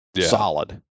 Solid